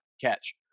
catch